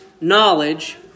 knowledge